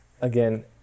Again